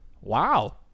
Wow